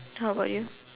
how about you